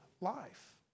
life